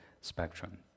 spectrum